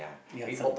ya some